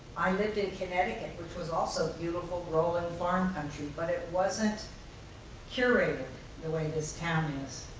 i lived in connecticut, which was also beautiful, rolling farm country, but it wasn't curated the way this town is.